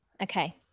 Okay